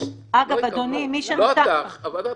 --- אגב, אדוני --- לא אתה, אדם.